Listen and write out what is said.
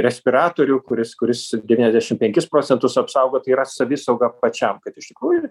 respiratorių kuris kuris septyniasdešim penkis procentus apsaugo tai yra savisauga pačiam kad iš tikrųjų